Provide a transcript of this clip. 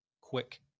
quick